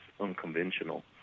unconventional